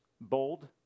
bold